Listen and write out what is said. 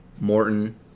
Morton